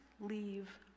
leave